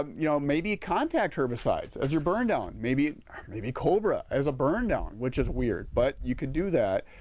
um you know maybe contact herbicides as your burn down. maybe maybe cobra as a burn down which is weird but you can do that.